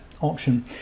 option